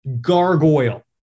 Gargoyle